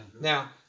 Now